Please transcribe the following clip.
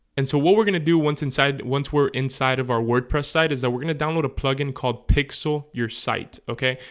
and so what we're gonna do once inside once? we're inside of our wordpress site is that we're gonna download a plug-in called pixel your site okay,